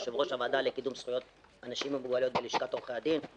יושב-ראש הוועדה לקידום זכויות אנשים עם מוגבלויות בלשכת עורכי הדין.